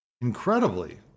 incredibly